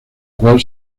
cual